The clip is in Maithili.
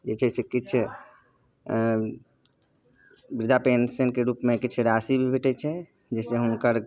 जे छै से किछु वृद्धापेन्शनके रूपमे किछु राशि भी भेटै छै जाहिसँ हुनकर